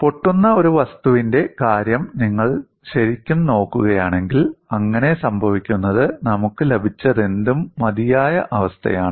പൊട്ടുന്ന ഒരു വസ്തുവിന്റെ കാര്യം നിങ്ങൾ ശരിക്കും നോക്കുകയാണെങ്കിൽ അങ്ങനെ സംഭവിക്കുന്നത് നമുക്ക് ലഭിച്ചതെന്തും മതിയായ അവസ്ഥയാണ്